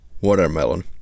watermelon